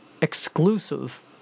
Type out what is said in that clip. exclusive